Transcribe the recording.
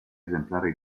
esemplari